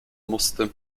musste